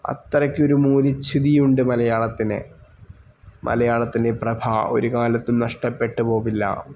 അത്രയ്ക്ക് ഒരു മൂല്യച്യുതി ഉണ്ട് മലയാളത്തിന് മലയാളത്തിന്റെ പ്രഭ ഒരു കാലത്തും നഷ്ടപ്പെട്ടു പോകില്ല